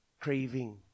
craving